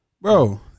Bro